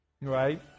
Right